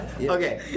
Okay